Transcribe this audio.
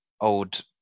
old